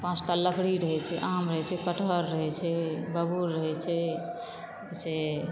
पाँच टा लकड़ी रहै छै आम रहै छै कठहर रहै छै बबूर रहै छै से